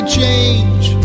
change